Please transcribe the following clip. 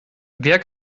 wer